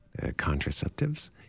contraceptives